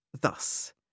thus